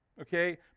Okay